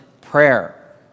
prayer